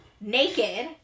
naked